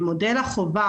במודל החובה,